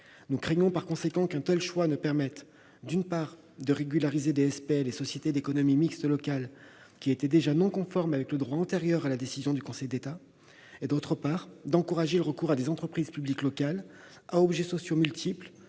Nous craignons qu'un tel choix ne permette, d'une part, de régulariser des SPL et sociétés d'économie mixte locales qui étaient déjà non conformes avec le droit antérieur à la décision du Conseil d'État et, d'autre part, d'encourager le recours à des entreprises publiques locales à objets sociaux multiples,